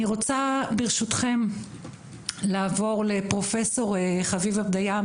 אני רוצה ברשותכם לעבור לפרופסור חביבה פדיה,